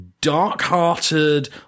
dark-hearted